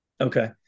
okay